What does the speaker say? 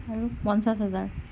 আৰু পঞ্চাছ হাজাৰ